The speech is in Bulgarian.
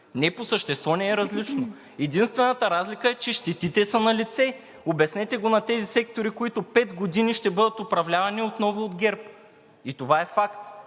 Не, по същество не е различно. Единствената разлика е, че щетите са налице. Обяснете го на тези сектори, които пет години ще бъдат управлявани отново от ГЕРБ. И това е факт!